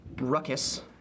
Ruckus